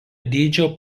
dydžio